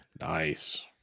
nice